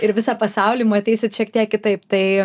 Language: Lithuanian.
ir visą pasaulį matysit šiek tiek kitaip tai